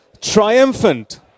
triumphant